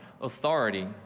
authority